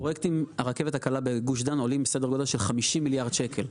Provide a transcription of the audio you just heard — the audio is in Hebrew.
פרויקט הרכבת הקלה בגוש דן עולה סדר גודל של 50 מיליארד שקל.